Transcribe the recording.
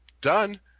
Done